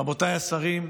רבותיי השרים,